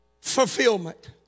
fulfillment